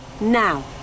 Now